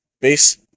base